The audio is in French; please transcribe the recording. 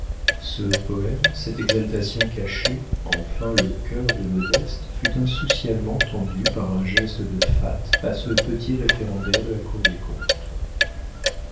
ce poëme cette exaltation cachée enfin le cœur de modeste fut insouciamment tendu par un geste de fat à ce petit référendaire de la cour des comptes